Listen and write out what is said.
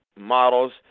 models